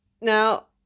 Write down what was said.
Now